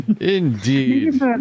Indeed